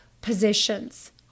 positions